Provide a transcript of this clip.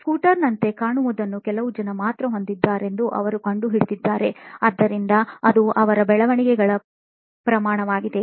ಸ್ಕೂಟರ್ನಂತೆ ಕಾಣುವುದ್ದನ್ನು ಕೆಲವು ಜನರು ಮಾತ್ರ ಹೊಂದಿದ್ದಾರೆಂದು ಅವರು ಕಂಡುಹಿಡಿದಿದ್ದಾರೆ ಆದ್ದರಿಂದ ಅದು ಅವರ ಬೆಳವಣಿಗೆಗಳ ಪ್ರಮಾಣವಾಗಿದೆ